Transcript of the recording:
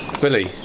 Billy